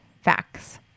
facts